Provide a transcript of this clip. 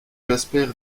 jasper